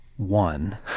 one